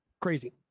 crazy